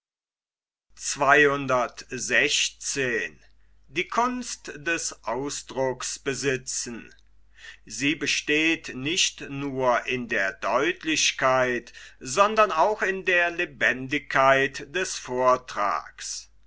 sie besteht nicht nur in der deutlichkeit sondern auch in der lebendigkeit des vortrags